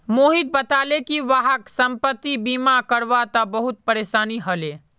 मोहित बताले कि वहाक संपति बीमा करवा त बहुत परेशानी ह ले